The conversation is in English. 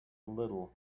little